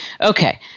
Okay